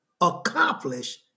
accomplish